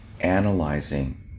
analyzing